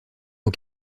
aux